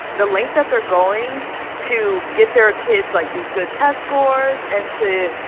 the length that they're going to get their kids, like, these good test scores and to,